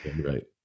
right